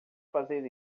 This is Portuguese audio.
fazer